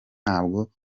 ntabwo